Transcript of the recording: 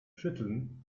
schütteln